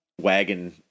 wagon